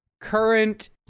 Current